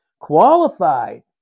qualified